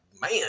man